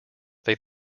they